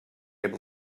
able